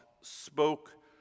spoke